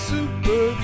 Super